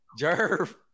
Jerv